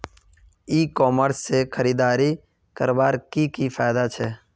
ई commerce से खरीदारी करवार की की फायदा छे?